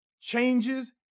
changes